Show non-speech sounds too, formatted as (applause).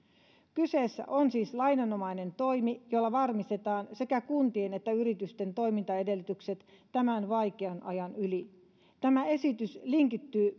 kyseessä on siis lainanomainen toimi jolla varmistetaan sekä kuntien että yritysten toimintaedellytykset tämän vaikean ajan yli tämä esitys linkittyy (unintelligible)